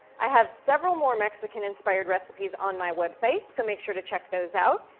i have several more mexican-inspired recipes on my website, so make sure to check those out,